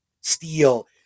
steel